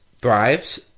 thrives